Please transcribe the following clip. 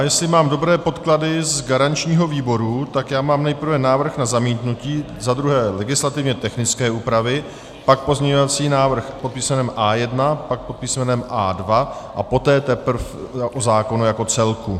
Jestli mám dobré podklady z garančního výboru, tak mám nejprve návrh na zamítnutí, za druhé legislativně technické úpravy, pak pozměňovací návrh pod písmenem A1, pak pod písmenem A2 a poté teprve o zákonu jako celku.